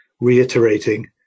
reiterating